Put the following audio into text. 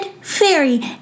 fairy